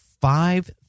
five